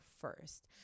first